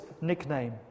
nickname